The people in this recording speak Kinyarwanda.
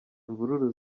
imvururu